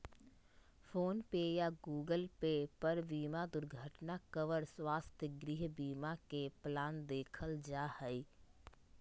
phone पे या Google Pay पर बीमा दुर्घटना कवर, स्वास्थ्य, गृह बीमा के प्लान देखल जा हय